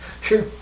Sure